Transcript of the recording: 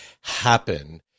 happen